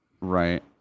right